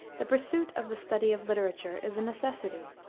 the pursuit of the study of literature is a necessity.